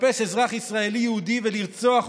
לחפש אזרח ישראלי יהודי ולרצוח אותו.